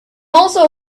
also